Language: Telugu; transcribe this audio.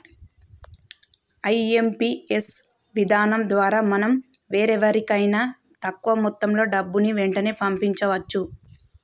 ఐ.ఎం.పీ.యస్ విధానం ద్వారా మనం వేరెవరికైనా తక్కువ మొత్తంలో డబ్బుని వెంటనే పంపించవచ్చు